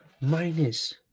minus